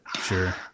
sure